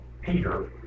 Peter